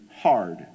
hard